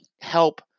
help